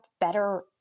better